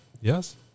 Yes